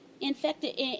infected